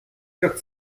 quatre